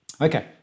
Okay